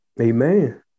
Amen